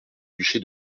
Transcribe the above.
duché